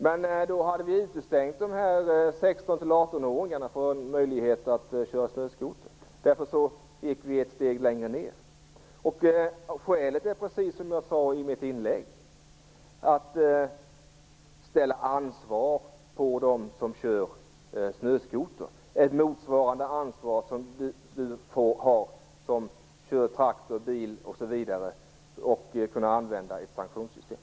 Men då hade vi utestängt alla 16-18-åringar från möjligheten att köra snöskoter. Därför valde vi ett steg längre ned. Precis som jag sade i mitt inlägg är skälet för detta att ställa krav på ansvar hos dem som kör snöskoter, ett motsvarande krav på ansvar som ställs på dem som kör traktor och bil. Dessutom vill vi införa ett sanktionssystem.